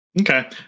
Okay